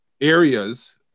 areas